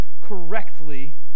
correctly